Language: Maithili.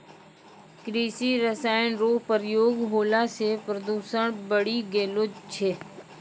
कृषि रसायन रो प्रयोग होला से प्रदूषण बढ़ी गेलो छै